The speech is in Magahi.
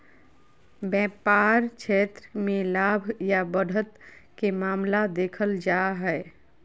व्यापार क्षेत्र मे लाभ या बढ़त के मामला देखल जा हय